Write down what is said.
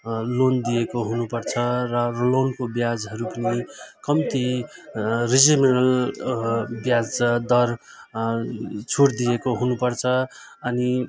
loan दिएको हुनुपर्छ र लोनको ब्याजहरू पनि कम्ती रिजनेबल ब्याज दर छुट दिएको हुनुपर्छ अनि